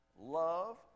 love